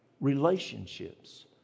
relationships